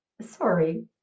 sorry